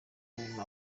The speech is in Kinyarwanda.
kuntu